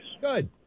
Good